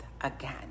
again